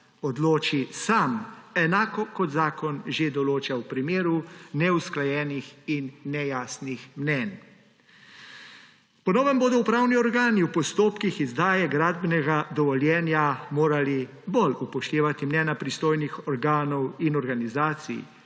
odloči sam, enako kot zakon že določa v primeru neusklajenih in nejasnih mnenj. Po novem bodo upravni organi v postopkih izdaje gradbenega dovoljenja morali bolj upoštevati mnenja pristojnih organov in organizacij,